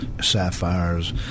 sapphires